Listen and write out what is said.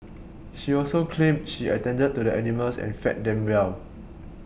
she also claimed she attended to the animals and fed them well